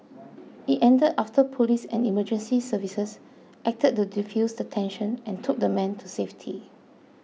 it ended after police and emergency services acted to defuse the tension and took the man to safety